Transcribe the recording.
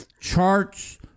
charts